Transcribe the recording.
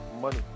money